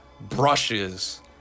brushes